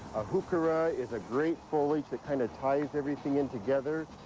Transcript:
heuchera is a great foliage that kind of ties everything in together.